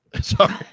sorry